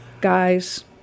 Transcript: guys